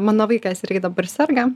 mano vaikas irgi dabar serga